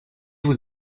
vous